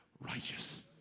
righteous